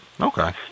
Okay